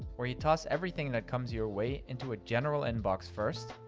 where you toss everything that comes your way into a general inbox first,